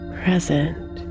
present